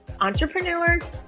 entrepreneurs